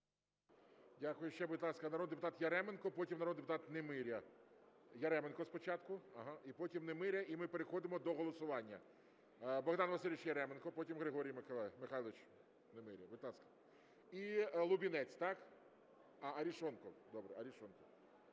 Дякую. Ще, будь ласка, народний депутат Яременко. Потім народний депутат Немиря. Яременко спочатку, і потім Немиря. І ми переходимо до голосування. Богдан Васильович Яременко. Потім Григорій Михайлович Немиря. Будь ласка. І Лубінець, так? Арешонков. Добре, Арешонков.